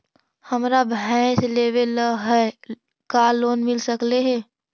हमरा भैस लेबे ल है का लोन मिल सकले हे?